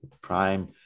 prime